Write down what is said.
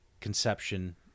conception